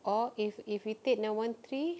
or if if we take nine one three